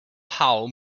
howe